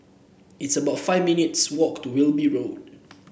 it's about five minutes' walk to Wilby Road